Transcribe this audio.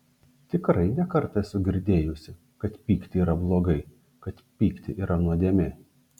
tikrai ne kartą esu girdėjusi kad pykti yra blogai kad pykti yra nuodėmė